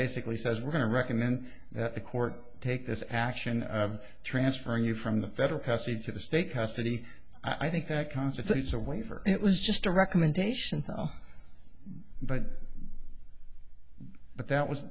basically says we're going to recommend that the court take this action of transferring you from the federal pesci to the state custody i think that constitutes a waiver it was just a recommendation but but that was